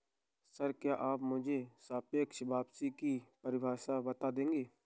Sir, क्या आप मुझे सापेक्ष वापसी की परिभाषा बता देंगे?